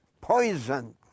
poisoned